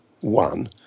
one